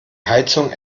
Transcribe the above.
heizung